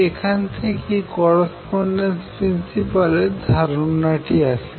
এখান থেকেই করসপনডেন্স প্রিন্সিপালের ধারণাটি আসে